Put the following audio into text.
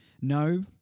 No